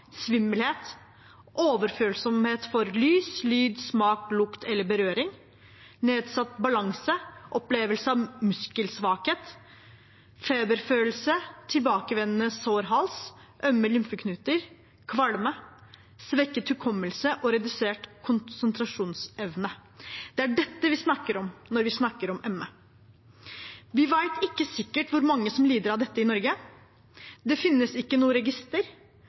svimmelhet, overfølsomhet for lys, lyd, smak, lukt eller berøring, nedsatt balanse, opplevelse av muskelsvakhet, feberfølelse, tilbakevendende sår hals, ømme lymfeknuter, kvalme, svekket hukommelse og redusert konsentrasjonsevne – det er dette vi snakker om når vi snakker om ME. Vi vet ikke sikkert hvor mange som lider av dette i Norge. Det